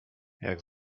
jak